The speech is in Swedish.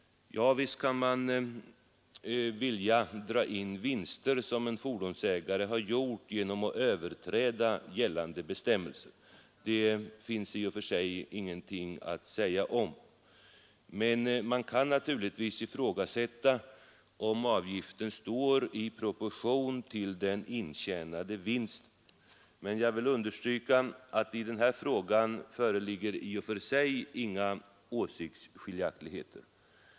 Ja, visst kan man vilja dra in vinster som en fordonsägare har gjort genom att överträda gällande bestämmelser. Det finns det i och för sig ingenting att säga om. Men man kan naturligtvis ifrågasätta, om avgiften står i proportion till den intjänade vinsten. Jag vill emellertid understryka att i den frågan föreligger i och för sig inga åsiktsskiljaktigheter.